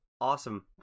Awesome